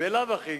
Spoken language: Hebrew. בלאו הכי,